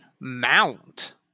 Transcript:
mount